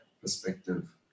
perspective